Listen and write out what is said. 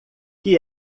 que